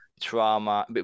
trauma